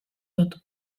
dut